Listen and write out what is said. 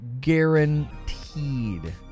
Guaranteed